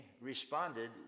responded